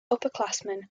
upperclassmen